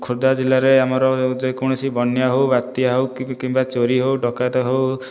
ଖୋର୍ଦ୍ଧା ଜିଲ୍ଲାରେ ଆମର ଯେକୌଣସି ବନ୍ୟା ହେଉ ବାତ୍ୟା ହେଉ କିମ୍ବା ଚୋରି ହେଉ ଡକାୟତ ହେଉ